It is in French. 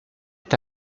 est